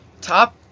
top